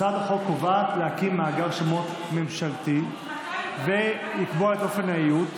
הצעת החוק קובעת להקים מאגר שמות ממשלתי ולקבוע את אופן האיות,